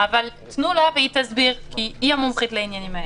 לה והיא תסביר, כי היא המומחית לזה.